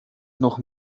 noch